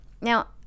Now